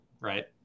Right